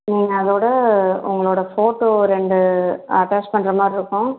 நீங்கள் அதோட உங்களோட ஃபோட்டோ ரெண்டு அட்டாச் பண்ணுறமாரி இருக்கும்